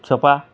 চাফা